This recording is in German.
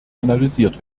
analysiert